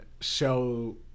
show